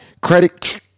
Credit